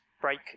break